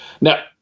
Now